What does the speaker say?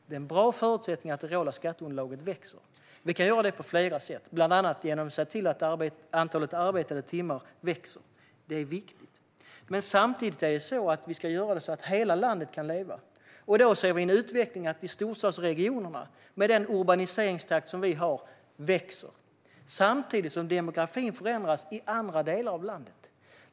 Att det reala skatteunderlaget växer är en bra förutsättning. Vi kan få detta att ske på flera olika sätt, bland annat genom att se till att antalet arbetade timmar ökar. Det är viktigt. Samtidigt ska vi göra det så att hela landet kan leva. Vi ser en utveckling mot att storstadsregionerna växer, med den urbaniseringstakt vi har, samtidigt som demografin förändras i andra delar av landet.